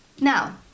Now